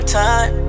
time